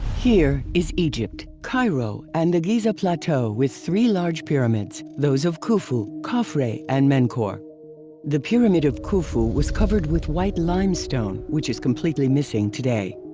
here is egypt, cairo and the giza plateau with three large pyramids, those of khufu, khafre and menkaure. the pyramid of khufu was covered with white limestone which is completely missing today.